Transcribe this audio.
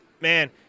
Man